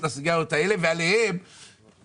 ועל הדבר הזה צריך לתת את